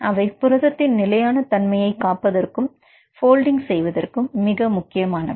அவை புரதத்தின் நிலையான தன்மையை காப்பதற்கும் போல்டிங் செய்வதற்கும் மிக முக்கியமானவை